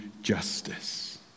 justice